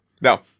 Now